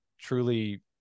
truly